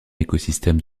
écosystème